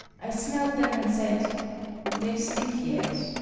i smelled them and said they stink yet.